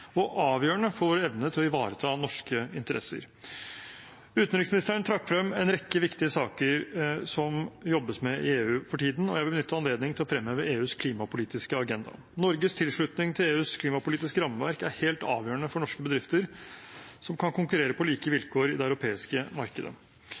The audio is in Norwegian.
og er avgjørende for evnen til å ivareta norske interesser. Utenriksministeren trakk frem en rekke viktige saker som det jobbes med i EU for tiden, og jeg vil benytte anledningen til å fremheve EUs klimapolitiske agenda. Norges tilslutning til EUs klimapolitiske rammeverk er helt avgjørende for norske bedrifter, som kan konkurrere på like